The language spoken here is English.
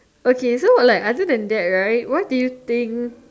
okay so like other than that right what do you think